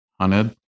hunted